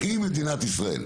הכי מדינת ישראל.